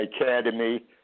academy